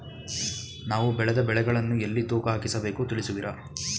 ನಾವು ಬೆಳೆದ ಬೆಳೆಗಳನ್ನು ಎಲ್ಲಿ ತೂಕ ಹಾಕಿಸಬೇಕು ತಿಳಿಸುವಿರಾ?